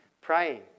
praying